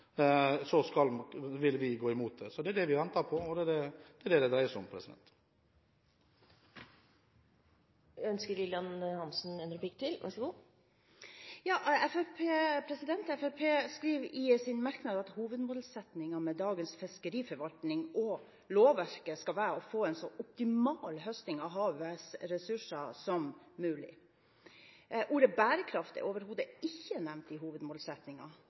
vil vi gå imot det. Så det er det vi venter på, og det er det det dreier seg om. Fremskrittspartiet skriver i sine merknader bl.a. at hovedmålsettingen med dagens fiskeriforvaltning og lovverket skal være å få en så optimal høsting av havets ressurser som mulig. Ordet bærekraft er overhodet ikke nevnt som del av hovedmålsettingen. Det er et etter Arbeiderpartiets syn veldig kortsiktig ikke å ta hensyn til en bærekraftig forvaltning av ressursene i